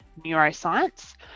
neuroscience